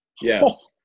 Yes